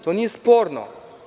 To nije sporno.